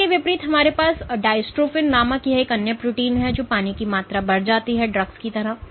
इसके विपरीत हमारे पास डायस्ट्रोफिन नामक यह अन्य प्रोटीन होता है जब पानी की मात्रा बढ़ जाती है तो ड्रग्स की तरह